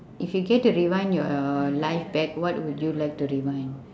if you get to rewind your life back what would like to rewind